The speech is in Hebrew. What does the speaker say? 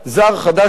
חדש לישראל,